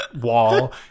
wall